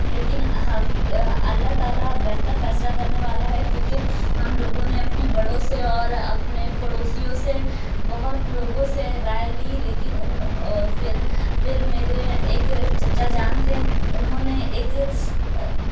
لیکن اللہ تعالیٰ بہتر فیصلہ کرنے والا ہے کیونکہ ہم لوگوں نے اپنے بڑوں سے اور اپنے پڑوسیوں سے بہت لوگوں سے رائے لی لیکن ان پھر پھر میرے ایک چچا جان تھے انہوں نے ایک